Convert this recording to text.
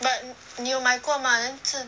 but 你有买过吗 then 这